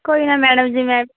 ਕੋਈ ਨਾ ਮੈਡਮ ਜੀ ਮੈਂ